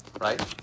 Right